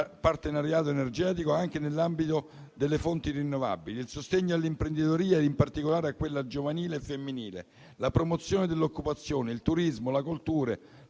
partenariato energetico, anche nell'ambito delle fonti rinnovabili; il sostegno all'imprenditoria e in particolare quella giovanile e femminile; la promozione dell'occupazione, il turismo, la cultura,